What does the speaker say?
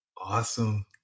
Awesome